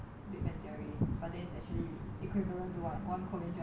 big bang theory but then it's actually equivalent to what one korean drama